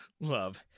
love